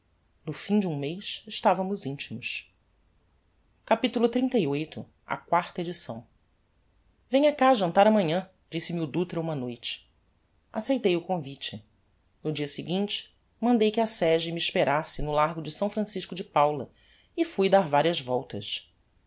no fim de um mez estavamos intimos capitulo xxxviii a quarta edição venha cá jantar amanhã disse-me o dutra uma noite aceitei o convite no dia seguinte mandei que a sege me esperasse no largo de s francisco de paula e fui dar varias voltas